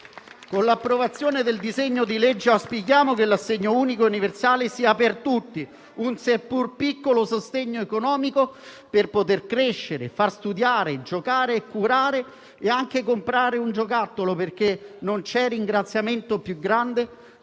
Con l'approvazione del disegno di legge in esame auspichiamo che l'assegno unico e universale sia per tutti un seppur piccolo sostegno economico per poter crescere, curare, far studiare i figli e anche comprando loro un giocattolo, perché non c'è ringraziamento più grande